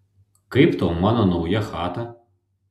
kaip tau mano nauja chata